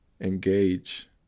Engage